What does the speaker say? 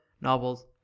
novels